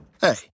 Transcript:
Hey